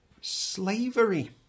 slavery